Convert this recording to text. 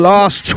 Last